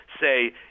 Say